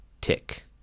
Tick